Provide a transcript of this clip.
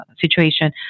situation